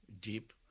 deep